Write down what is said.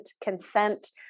consent